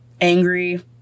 angry